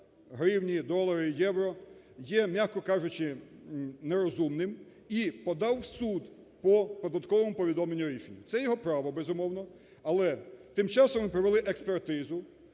гривні, долари, євро, є м'яко кажучи не розумним і подав в суд по податковому повідомленню-рішенню, це його право, безумовно. Але тим часом ми провели експертизу